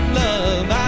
love